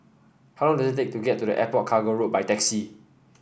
how long does it take to get to the Airport Cargo Road by taxi